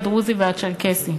הדרוזי והצ'רקסי.